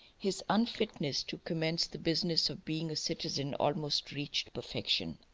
his unfitness to commence the business of being a citizen almost reached perfection